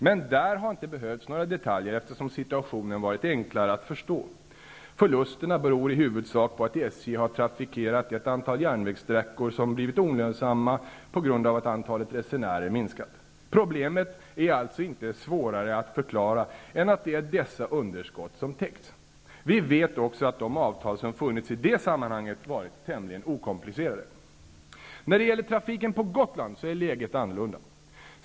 Men i det fallet har det inte behövts några detaljer, eftersom situationen varit enklare att förstå. Förlusterna beror i huvudsak på att SJ har trafikerat ett antal järnvägssträckor som blivit olönsamma på grund av att antalet resenärer minskat. Problemet är alltså inte svårare att förklara än att det är dessa underskott som täckts. Vi vet också att de avtal som funnits i det sammanhanget varit tämligen okomplicerade. När det gäller trafiken på Gotland är läget annorlunda.